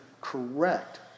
correct